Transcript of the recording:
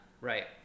Right